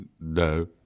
No